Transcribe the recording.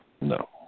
No